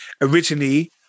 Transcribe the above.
originally